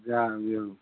ଯାହା ବି ହଉ